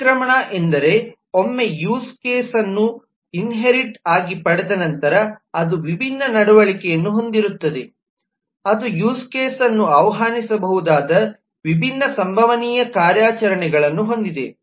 ಅತಿಕ್ರಮಣ ಎಂದರೆ ಒಮ್ಮೆ ಯೂಸ್ ಕೇಸ್ನ್ನು ಇನ್ಹೇರಿಟ್ ಆಗಿ ಪಡೆದ ನಂತರ ಅದು ವಿಭಿನ್ನ ನಡವಳಿಕೆಯನ್ನು ಹೊಂದಿರುತ್ತದೆ ಅದು ಯೂಸ್ ಕೇಸ್ ಅನ್ನು ಆಹ್ವಾನಿಸಬಹುದಾದ ವಿಭಿನ್ನ ಸಂಭವನೀಯ ಕಾರ್ಯಾಚರಣೆಗಳನ್ನು ಹೊಂದಿದೆ